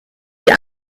die